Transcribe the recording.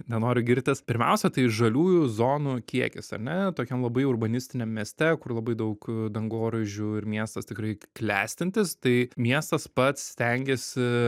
nenoriu girtis pirmiausia tai žaliųjų zonų kiekis ar ne tokiam labai urbanistiniam mieste kur labai daug dangoraižių ir miestas tikrai klestintis tai miestas pats stengiasi